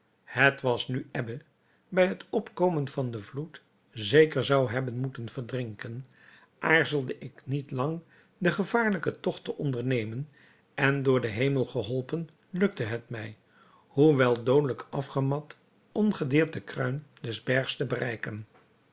het was nu ebbe bij het opkomen van den vloed zeker zou hebben moeten verdrinken aarzelde ik niet lang den gevaarlijken togt te ondernemen en door den hemel geholpen gelukte het mij hoewel doodelijk afgemat ongedeerd de kruin des bergs te bereiken